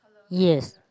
yes